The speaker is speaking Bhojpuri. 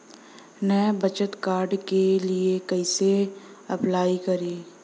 नया बचत कार्ड के लिए कइसे अपलाई करी?